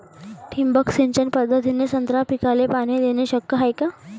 ठिबक सिंचन पद्धतीने संत्रा पिकाले पाणी देणे शक्य हाये का?